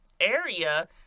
area